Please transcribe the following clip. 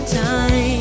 time